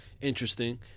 interesting